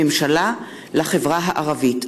רחמון בנושא: הצורך בהנגשת אתרי ושירותי ממשלה לחברה הערבית.